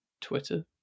Twitter